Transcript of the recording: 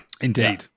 Indeed